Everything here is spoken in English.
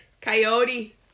Coyote